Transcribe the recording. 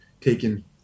taken